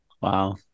Wow